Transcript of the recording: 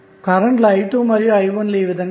current i2 మరియు i1లు ఈ విధంగా ఉన్నాయి